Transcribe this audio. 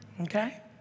okay